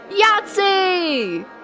Yahtzee